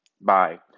bye